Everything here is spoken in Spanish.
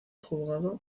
juzgado